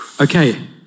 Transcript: Okay